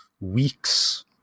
weeks